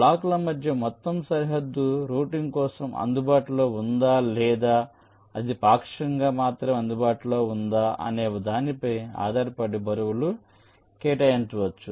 బ్లాకుల మధ్య మొత్తం సరిహద్దు రౌటింగ్ కోసం అందుబాటులో ఉందా లేదా అది పాక్షికంగా మాత్రమే అందుబాటులో ఉందా అనే దానిపై ఆధారపడి బరువులు కేటాయించవచ్చు